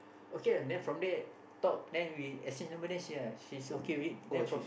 okay lah then from there talk then we exchange number then ya she's okay with it then from